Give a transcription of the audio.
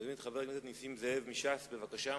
אני מזמין את חבר הכנסת נסים זאב מש"ס, בבקשה.